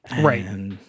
Right